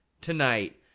tonight